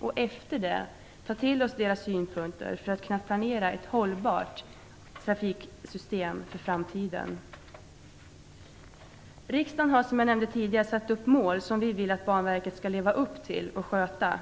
och ta till oss synpunkterna för att kunna planera ett hållbart trafiksystem för framtiden. Riksdagen har, som jag nämnde tidigare, satt upp mål som vi vill att Banverket skall leva upp till och sköta.